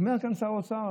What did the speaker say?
אומר כאן שר האוצר,